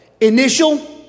initial